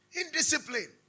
Indiscipline